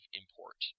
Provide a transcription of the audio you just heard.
import